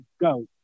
go